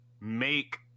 make